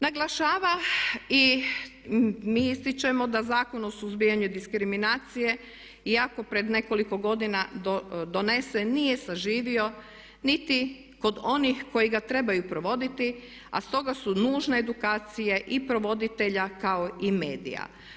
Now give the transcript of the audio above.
Naglašava i mi ističemo da Zakon o suzbijanju diskriminacije iako pred nekoliko godina donesen nije saživio niti kod onih koji ga trebaju provoditi, a stoga su nužne edukacije i provoditelja kao i medija.